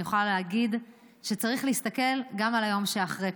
אני יכולה להגיד שצריך להסתכל גם על היום שאחרי,